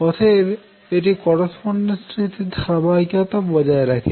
অতএব এটি করস্পন্ডেন্স নীতির ধারাবাহিকতা বজায় রাখে